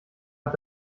hat